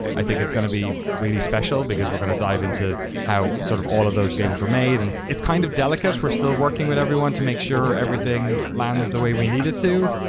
i think it's going to be really special because we're going to dive into how sort of all of those games were made. and it's kind of delicate. we're still working with everyone to make sure everything lands the way we need it to.